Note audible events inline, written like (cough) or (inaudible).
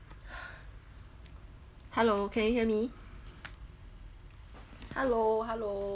(breath) hello can you hear me hello hello